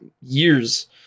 years